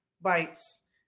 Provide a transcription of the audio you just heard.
bites